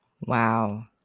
Wow